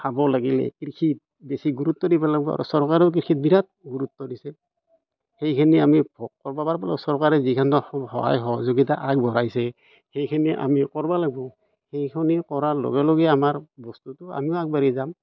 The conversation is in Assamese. খাব লাগিলে কৃষিত বেছি গুৰুত্ব দিব লাগিব চৰকাৰেও কৃষিত বিৰাট গুৰুত্ব দিছে সেইখিনি আমি কৰিব পাৰিব চৰকাৰে যিখিনি সহায় সহযোগিতা আগবঢ়াইছে সেইখিনি আমি কৰিব লাগিব সেইখনি কৰাৰ লগে লগে আমাৰ বস্তুটো আমিও আগবাঢ়ি যাম